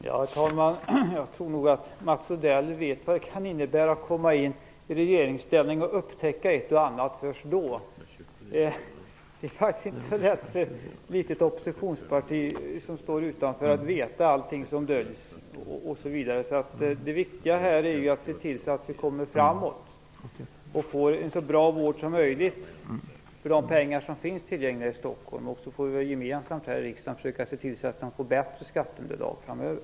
Herr talman! Jag tror nog att Mats Odell vet vad det kan innebära att komma in i regeringsställning och upptäcka ett och annat först då. Det är faktiskt inte så lätt för ett litet oppositionsparti som står utanför att veta allting som döljs. Det viktiga här är ju att se till att vi kommer framåt och får en så bra vård som möjligt för de pengar som finns tillgängliga i Stockholm. Sedan får vi väl gemensamt här i riksdagen försöka se till så att de får bättre skatteunderlag framöver.